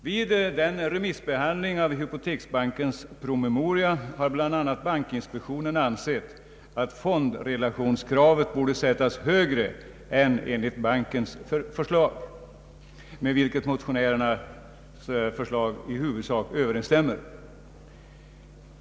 Vid remissbe handlingen av hypoteksbankens promemoria har bl.a. bankinspektionen ansett att fondrelationskravet borde sättas högre än enligt bankens förslag med vilket motionärernas förslag i huvudsak överensstämmer.